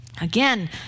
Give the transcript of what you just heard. Again